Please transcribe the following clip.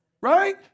right